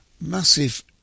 massive